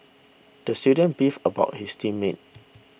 the student beefed about his team mates